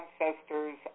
ancestors